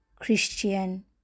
Christian